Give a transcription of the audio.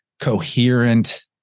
coherent